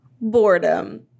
boredom